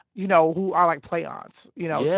you know, who are, like, play aunts, you know, yeah